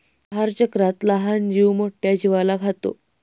आहारचक्रात लहान जीव मोठ्या जीवाला खातो